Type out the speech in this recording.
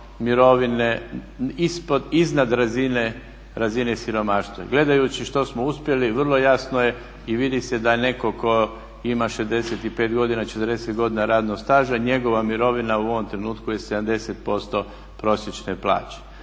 mirovine iznad razine siromaštva. Gledajući što smo uspjeli vrlo jasno je i vidi se da je netko tko ima 65 godina i 40 godina radnog staža njegova mirovina u ovom trenutku je 70% prosječne plaće.